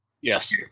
yes